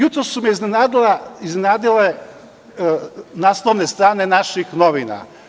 Jutros su me iznenadile naslovne strane naših novina.